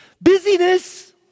Busyness